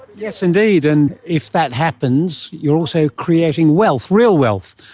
yes indeed, and if that happens you're also creating wealth, real wealth,